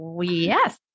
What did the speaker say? yes